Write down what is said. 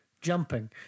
jumping